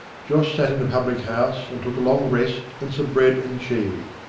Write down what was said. josh sat in a public-house, and took a long rest and some bread and cheese.